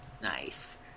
Nice